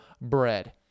bread